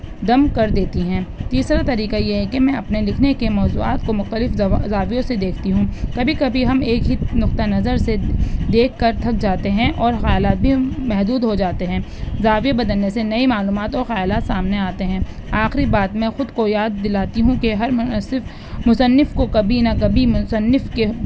دم کر دیتی ہیں تیسرا طریقہ یہ ہے کہ میں اپنے لکھنے کے موضوعات کو مختلف زاویوں سے دیکھتی ہوں کبھی کبھی ہم ایک ہی نقطۂِ نظر سے دیکھ کر تھک جاتے ہیں اور خیالات بھی ہم محدود ہو جاتے ہیں زاویے بدلنے سے نئے معلومات اور خیالات سامنے آتے ہیں آخری بات میں خود کو یاد دلاتی ہوں کہ ہر مصنف کو کبھی نہ کبھی مصنف کے